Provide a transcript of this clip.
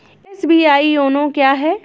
SBI YONO क्या है?